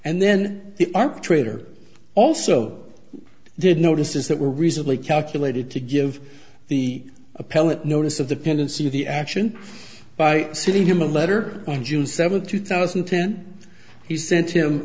and then the arbitrator also did notice is that were reasonably calculated to give the appellate notice of the pendency of the action by sitting him a letter on june seventh two thousand and ten he sent him